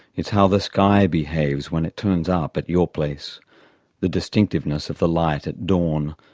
it's how the sky behaves when it turns up at your place the distinctiveness of the light at dawn,